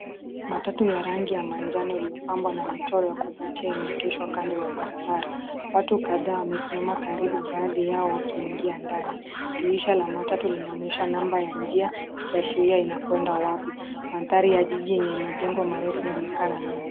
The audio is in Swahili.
Matatu ya rangi ya manjano lililopambwa na michoro ya kuvutia limeegeshwa kando ya barabara. Watu kadhaa wamesimama karibu, baadhi yao wakiingia ndani. Dirisha cha matatu kinaonyesha namba ya njia, kikiashiria inakoelekea. Mandhari ya jiji yenye majengo marefu yanaonekana nyuma.